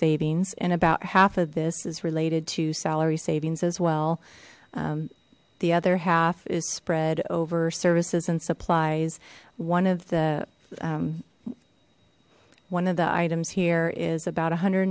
savings and about half of this is related to salary savings as well the other half is spread over services and supplies of the one of the items here is about a hundred